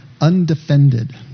undefended